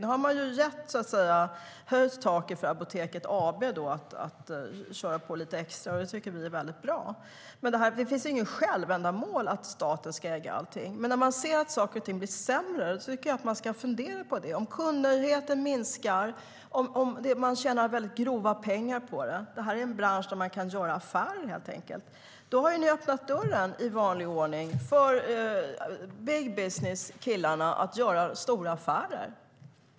Nu har man höjt taket för Apoteket AB att köra på lite extra, och det tycker vi är väldigt bra. Det finns inget självändamål i att staten ska äga allting. Men när man ser att saker och ting blir sämre ska man fundera på det. Kundnöjdheten minskar, och det finns de som tjänar väldigt grova pengar på det. Detta är en bransch där man helt enkelt kan göra affärer. Ni har i vanlig ordning öppnat dörren för killarna i big business att göra stora affärer.